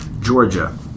Georgia